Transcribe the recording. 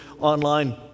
online